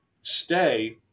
stay